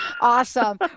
Awesome